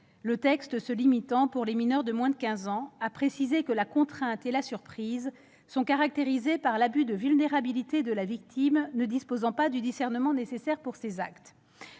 Le texte se limite, pour les mineurs de moins de quinze ans, à préciser que la contrainte et la surprise seront caractérisées par l'abus de vulnérabilité de la victime ne disposant pas du discernement nécessaire pour ces actes.